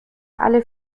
alle